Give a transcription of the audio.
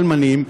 אלמנים,